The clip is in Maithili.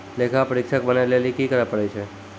लेखा परीक्षक बनै लेली कि करै पड़ै छै?